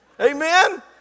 Amen